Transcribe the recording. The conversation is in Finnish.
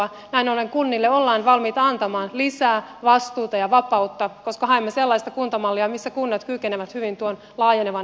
näin ollen kunnille ollaan valmiita antamaan lisää vastuuta ja vapautta koska haemme sellaista kuntamallia missä kunnat kykenevät hyvin tuon laajenevan vastuun kantamaan